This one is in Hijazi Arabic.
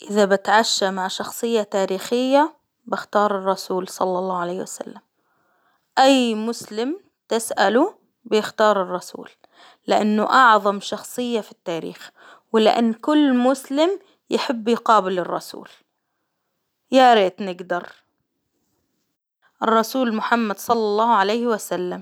إذا بتعشى مع شخصية تاريخية بختار الرسول صلى الله عليه وسلم، أي مسلم تسأله بيختار الرسول، لأنه أعظم شخصية في التاريخ، ولإن كل مسلم يحب يقابل الرسول، يا ريت نجدر، الرسول محمد صلى الله عليه وسلم.